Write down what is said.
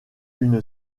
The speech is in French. une